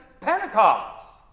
Pentecost